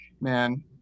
man